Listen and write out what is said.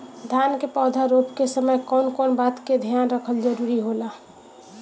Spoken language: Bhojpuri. धान के पौधा रोप के समय कउन कउन बात के ध्यान रखल जरूरी होला?